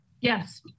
Yes